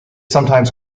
sometimes